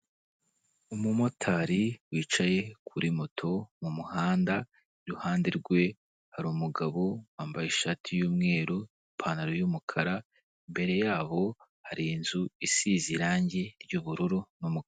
mumotari wicaye kuri moto m'umuhanda iruhande rwe hari umugabo wambaye ishati y'umweru ipantaro y'umukara imbere yaho hari inzu isize irangi ry'ubururu n' numukara.